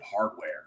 hardware